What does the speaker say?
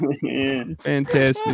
fantastic